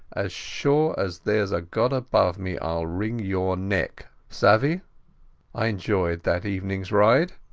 as sure as thereas a god above me iall wring your neck. savez? a i enjoyed that eveningas ride.